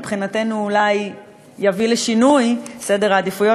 מבחינתנו זה אולי יביא לשינוי סדר העדיפויות,